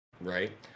right